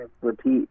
repeat